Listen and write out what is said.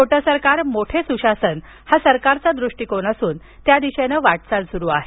छोटे सरकार मोठे सुशासन हा सरकारचा दृष्टीकोन असून त्या दिशेनं वाटचाल सुरू आहे